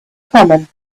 common